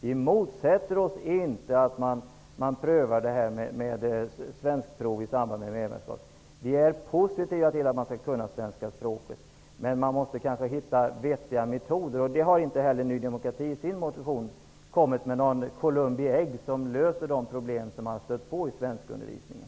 Vi motsätter oss inte att man prövar frågan om svenskprov i samband med medborgarskap, vi är positiva till att man skall kunna svenska språket. Men man måste kanske hitta vettiga metoder. Det har inte heller Ny demokrati gjort i sin motion. Motionärerna har inte precis funnit Columbi ägg, dvs. någonting som löser de problem som man har stött på i svenskundervisningen.